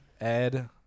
Ed